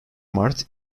mart